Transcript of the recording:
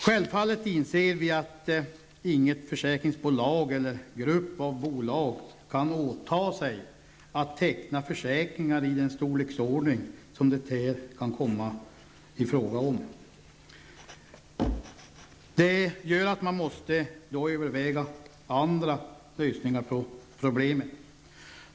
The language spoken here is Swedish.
Självfallet inser vi att inget försäkringsbolag eller grupp av bolag kan åta sig att teckna försäkringar i den storleksordning som det här kan bli fråga om. Det gör att man måste överväga andra lösningar på problemet.